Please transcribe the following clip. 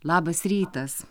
labas rytas